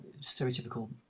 stereotypical